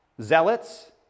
zealots